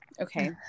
Okay